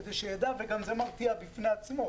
כדי שידע, וגם זה מרתיע בפני עצמו.